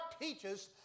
teaches